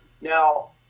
Now